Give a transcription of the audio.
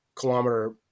kilometer